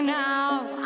now